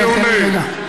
אני עונה,